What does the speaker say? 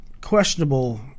questionable